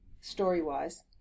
story-wise